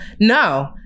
No